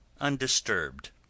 undisturbed